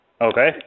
Okay